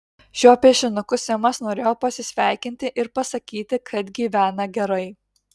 šiuo piešinuku simas norėjo pasisveikinti ir pasakyti kad gyvena gerai